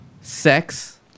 sex